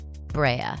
Brea